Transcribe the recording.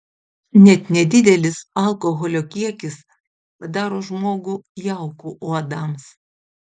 net nedidelis alkoholio kiekis padaro žmogų jauku uodams